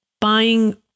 buying